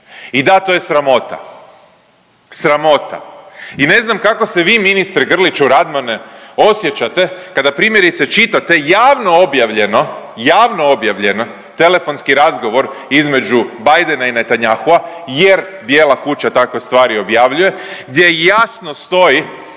I da to je sramota, sramota. I ne znam kako se vi ministre Grliću-Radman osjećate kada primjerice čitate javno objavljeno, javno objavljeno. Telefonski razgovor između Bidena i Netanyahua jer Bijela kuća takve stvari objavljuje, gdje jasno stoji